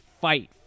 fight